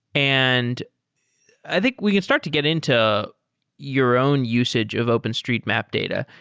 and i think we can start to get into your own usage of openstreetmap data.